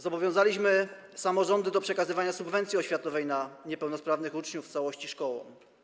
Zobowiązaliśmy samorządy do przekazywania subwencji oświatowej na niepełnosprawnych uczniów w całości szkołom.